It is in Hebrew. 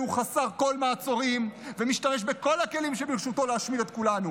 חסר כל מעצרים ומשתמש בכל הכלים שברשותו להשמיד את כולנו?